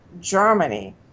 Germany